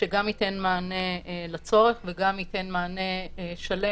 שגם ייתן מענה לצורך וגם ייתן מענה שלם